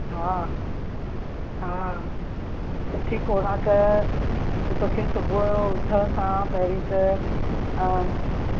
हा हा सुठी ख़ौराक त तोखे सुबुह जो उथण सां पहिरीं त